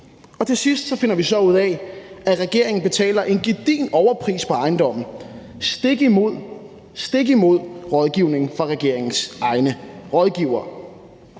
Til sidst finder vi så ud af, at regeringen betaler en gedigen overpris for ejendommen, stik imod rådgivningen fra regeringens egne rådgivere.